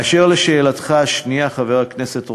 באשר לשאלתך השנייה, חבר הכנסת רוזנטל,